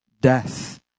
death